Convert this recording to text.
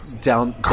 down